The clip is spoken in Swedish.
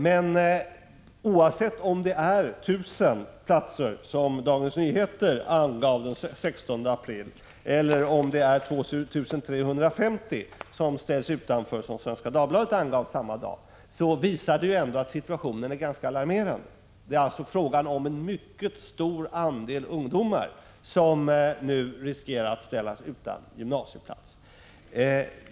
Men oavsett om det är 1 000, som Dagens Nyheter angav den 16 april, eller om det är 2 350 som ställs utanför, vilket Svenska Dagbladet angav samma dag, så visar det ändå att situationen är ganska alarmerande. Det är alltså fråga om en mycket stor andel ungdomar som nu riskerar att ställas utan gymnasieplats.